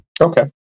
Okay